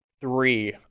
three